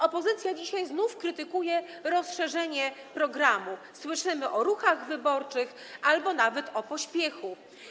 Opozycja dzisiaj znów krytykuje rozszerzenie programu, słyszymy o ruchach wyborczych albo nawet o pośpiechu.